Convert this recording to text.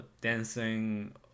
dancing